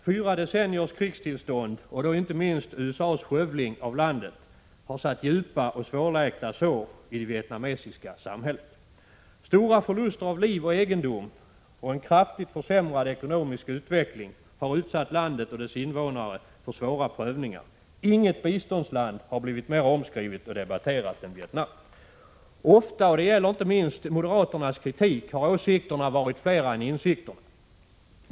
Fyra decenniers krigstillstånd och då inte minst USA:s skövling av landet har satt djupa och svårläkta sår i det vietnamesiska samhället. Stora förluster av liv och egendom samt en kraftigt försämrad ekonomisk utveckling har utsatt landet och dess invånare för svåra prövningar. Inget biståndsland har blivit mera omskrivet och debatterat än Vietnam. Ofta, och det gäller inte minst moderaternas kritik, har åsikterna varit flera än insikterna.